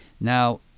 Now